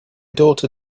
daughter